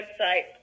website